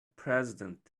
president